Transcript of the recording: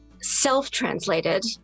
self-translated